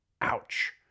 ouch